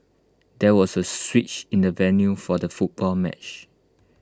there was A switch in the venue for the football match